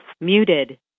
Muted